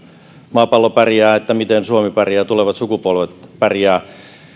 maapallo pärjää että suomi pärjää tulevat sukupolvet pärjäävät